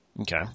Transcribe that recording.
Okay